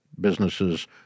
businesses